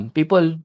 People